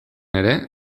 ere